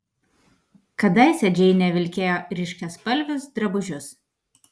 kadaise džeinė vilkėjo ryškiaspalvius drabužius